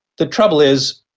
the trouble is,